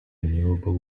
renewable